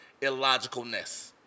illogicalness